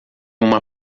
uma